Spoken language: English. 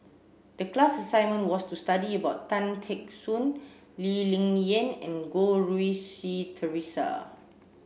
the class assignment was to study about Tan Teck Soon Lee Ling Yen and Goh Rui Si Theresa